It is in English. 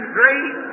great